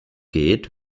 geht